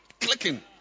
clicking